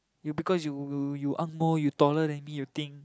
you because you you you ang-moh you taller than me you think